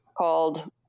called